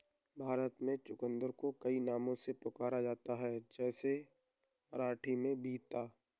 भारत में चुकंदर को कई नामों से पुकारा जाता है जैसे मराठी में बीता